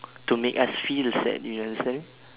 to make us feel the sad do you understand